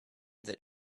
that